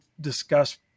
discuss